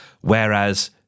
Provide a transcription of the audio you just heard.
Whereas